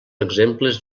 exemples